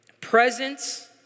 presence